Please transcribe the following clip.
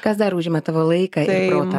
kas dar užima tavo laiką ir protą